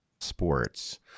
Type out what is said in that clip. sports